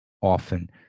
often